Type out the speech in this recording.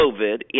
COVID